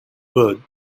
byrne